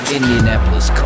Indianapolis